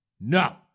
No